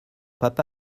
papa